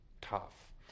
Tough